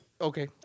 Okay